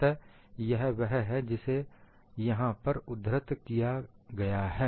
अतः यह वह है जिसे यहां पर उद्धृत किया गया है